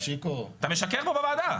מושיקו - אתה משקר פה בוועדה.